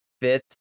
fifth